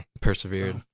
Persevered